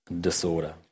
disorder